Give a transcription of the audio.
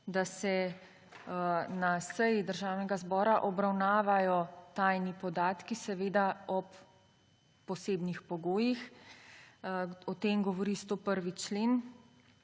da se na seji Državnega zbora obravnavajo tajni podatki, seveda ob posebnih pogojih. O tem govori 101. člen,